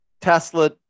Tesla